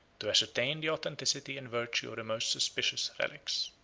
to ascertain the authenticity and virtue of the most suspicious relics.